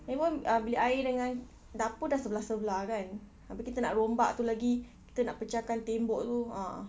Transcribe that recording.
lagi pun uh bilik air dengan dapur dah sebelah-sebelah kan habis kita nak rombak itu lagi kita nak pecahkan tembok itu ah